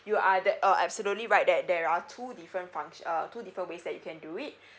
you are de~ uh absolutely right that there are two different function uh two different ways that you can do it